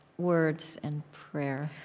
words and prayer?